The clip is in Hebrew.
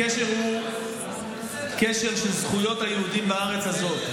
הקשר הוא קשר של זכויות היהודים בארץ הזאת.